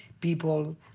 people